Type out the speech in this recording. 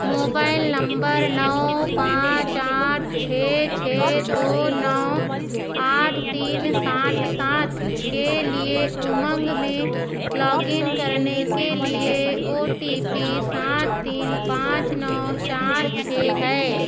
mobile number नौ पाँच आठ छः छः दो नौ आठ तीन सात सात के लिए उमंग मे लॉगइन करने के लिए ओ टी पी सात तीन पाँच नौ चार छः है